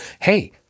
hey